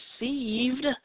received